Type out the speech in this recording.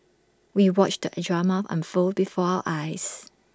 we watched the A drama unfold before our eyes